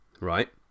Right